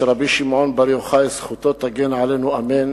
היערכות "אגד"